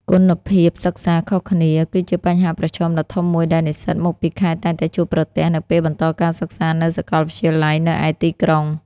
គុណភាពសិក្សាខុសគ្នា គឺជាបញ្ហាប្រឈមដ៏ធំមួយដែលនិស្សិតមកពីខេត្តតែងតែជួបប្រទះនៅពេលបន្តការសិក្សានៅសកលវិទ្យាល័យនៅឯទីក្រុង។